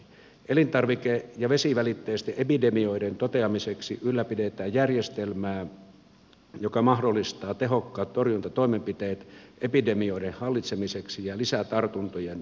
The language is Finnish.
elintarvike ja vesivälitteisten epidemioiden toteamiseksi ylläpidetään järjestelmää joka mahdollistaa tehokkaat torjuntatoimenpiteet epidemioiden hallitsemiseksi ja lisätartuntojen ehkäisemiseksi